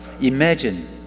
Imagine